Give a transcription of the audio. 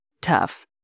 tough